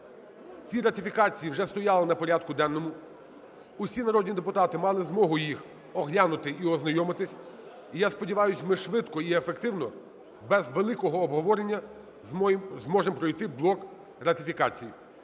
Ці ратифікації вже стояли на порядку денному. Усі народні депутати мали змогу їх оглянути і ознайомитись. І я сподіваюсь, ми швидко і ефективно, без великого обговорення зможемо пройти блок ратифікацій.